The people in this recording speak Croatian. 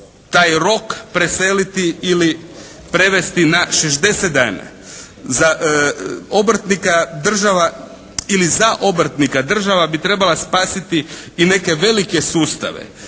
taj rok preseliti ili prevesti na 60 dana. Za obrtnika država ili za obrtnika država bi trebala spasiti i neke velike sustave.